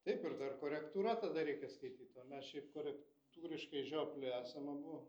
taip ir dar korektūra tada reikia skaityt o mes šiaip korektūriškai žiopli esam abu